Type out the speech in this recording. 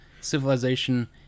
civilization